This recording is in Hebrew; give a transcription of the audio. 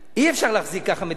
אי-אפשר להחזיק ככה מדינה.